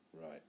Right